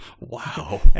Wow